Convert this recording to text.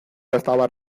estaban